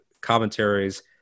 commentaries